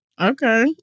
okay